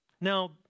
Now